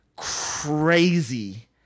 Crazy